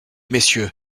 messieurs